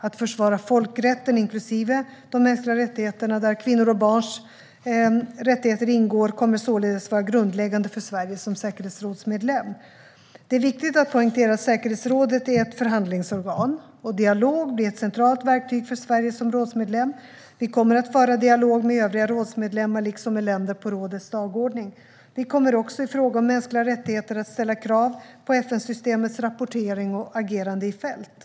Att försvara folkrätten inklusive de mänskliga rättigheterna - där kvinnors och barns mänskliga rättigheter ingår - kommer således att vara grundläggande för Sverige som säkerhetsrådsmedlem. Det är viktigt att poängtera att säkerhetsrådet är ett förhandlingsorgan. Dialog blir ett centralt verktyg för Sverige som rådsmedlem: Vi kommer att föra dialog med övriga rådsmedlemmar liksom med länder på rådets dagordning. Vi kommer också i fråga om mänskliga rättigheter att ställa krav på FN-systemets rapportering och agerande i fält.